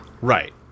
Right